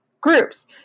groups